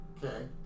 Okay